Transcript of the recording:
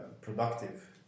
productive